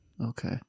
okay